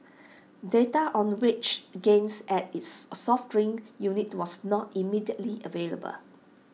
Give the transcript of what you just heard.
data on the wage gains at its soft drink unit was not immediately available